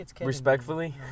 respectfully